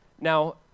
Now